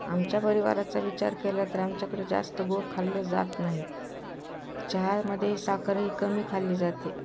आमच्या परिवाराचा विचार केला तर आमच्याकडे जास्त गोड खाल्लं जात नाहीत चहामध्ये साखरही कमी खाल्ली जाते